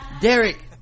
Derek